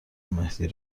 مهدی